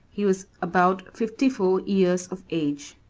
he was about fifty-four years of age.